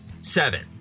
seven